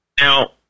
Now